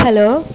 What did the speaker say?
hello